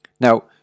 Now